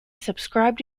subscribed